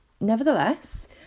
nevertheless